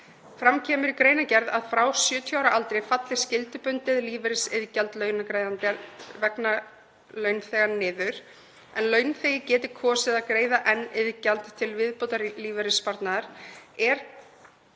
Fram kemur í greinargerð að frá 70 ára aldri falli skyldubundið lífeyrisiðgjald launagreiðanda vegna launþega niður en launþegi geti kosið að greiða enn iðgjald til viðbótarlífeyrissparnaðar.